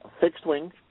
fixed-wing